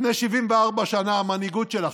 לפני 74 שנה, המנהיגות שלכם,